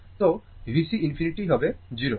তো VC ∞ হবে 0